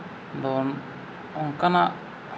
ᱫᱚ ᱚᱱᱠᱟᱱᱟᱜ